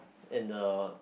in the